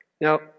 Now